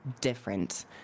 different